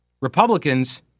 Republicans